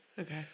okay